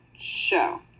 show